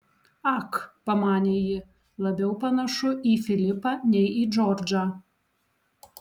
ak pamanė ji labiau panašu į filipą nei į džordžą